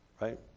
right